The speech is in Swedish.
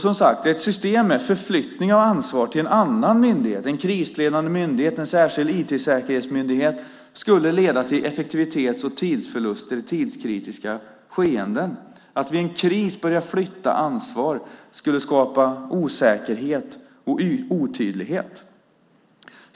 Som sagt: Ett system med förflyttning av ansvar till en annan myndighet, en krisledande myndighet, en särskild IT-säkerhetsmyndighet, skulle leda till effektivitets och tidsförluster i tidskritiska skeenden. Att vid en kris börja flytta ansvar skulle skapa osäkerhet och otydlighet.